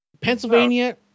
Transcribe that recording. Pennsylvania